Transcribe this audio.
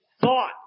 thought